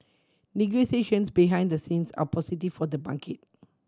negotiations behind the scenes are positive for the market